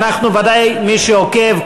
ודאי מי שעוקב,